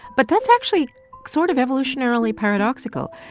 but that's actually sort of evolutionarily paradoxical.